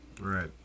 Right